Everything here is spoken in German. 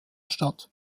stadt